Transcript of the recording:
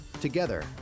Together